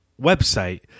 website